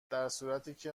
درصورتیکه